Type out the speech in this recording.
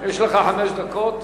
יש לך חמש דקות.